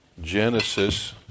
Genesis